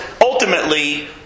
ultimately